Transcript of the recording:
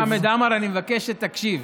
השר חמד עמאר, אני מבקש שתקשיב.